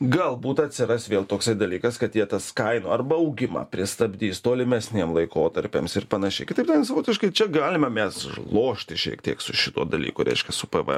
galbūt atsiras vėl toksai dalykas kad jie tas kainų arba augimą pristabdys tolimesniem laikotarpiams ir panašiai kitaip tariant savotiškai čia galime mes lošti šiek tiek su šituo dalyku reiškia su pvm